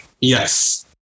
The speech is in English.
Yes